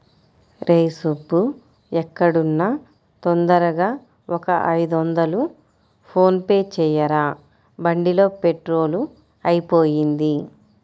రేయ్ సుబ్బూ ఎక్కడున్నా తొందరగా ఒక ఐదొందలు ఫోన్ పే చెయ్యరా, బండిలో పెట్రోలు అయిపొయింది